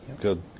good